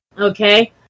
okay